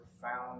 profound